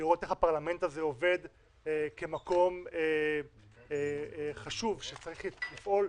לראות איך הפרלמנט הזה עובד כמקום חשוב שצריך לפעול.